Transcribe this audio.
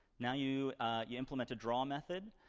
now you you implement a draw method.